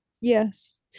yes